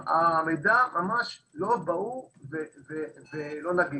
המידע לא ברור ולא נגיש.